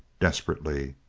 desperately.